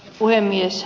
puhemies